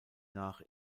nach